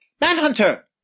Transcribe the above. Manhunter